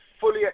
fully